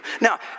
Now